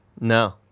No